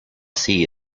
sea